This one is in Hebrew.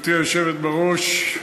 גברתי היושבת בראש,